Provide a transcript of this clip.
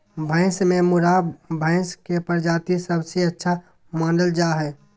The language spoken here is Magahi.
भैंस में मुर्राह भैंस के प्रजाति सबसे अच्छा मानल जा हइ